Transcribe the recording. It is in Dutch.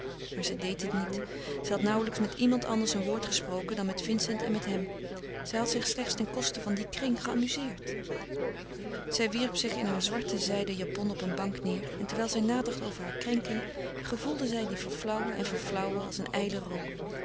maar zij deed dit niet zij had nauwelijks met iemand anders een woord gesproken dan met vincent en met hem zij had zich slechts ten koste van dien kring geamuzeerd zij wierp zich in haar zwarte zijden japon op een bank neêr en terwijl zij nadacht over hare krenking gevoelde zij die verflauwen en verflauwen als een ijle rook